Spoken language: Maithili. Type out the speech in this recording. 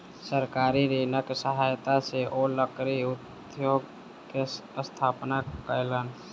सरकारी ऋणक सहायता सॅ ओ लकड़ी उद्योग के स्थापना कयलैन